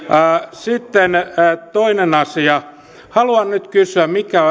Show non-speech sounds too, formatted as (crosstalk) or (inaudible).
sitten toinen asia haluan nyt kysyä mikä (unintelligible)